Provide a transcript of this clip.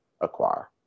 acquire